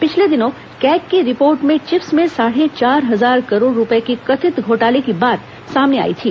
पिछले दिनों कैग की रिपोर्ट में चिप्स में साढ़े चार हजार करोड़ रूपए के कथित घोटाले की बात सामने आई थी